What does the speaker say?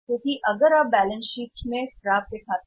क्योंकि अगर आप ही देंगे बैलेंस शीट में प्राप्य खाते